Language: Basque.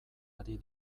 ari